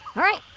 all right,